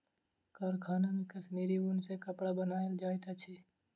कारखाना मे कश्मीरी ऊन सॅ कपड़ा बनायल जाइत अछि